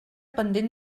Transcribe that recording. pendent